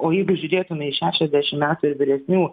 o jeigu žiūrėtume į šešiasdešim metų ir vyresnių